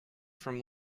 from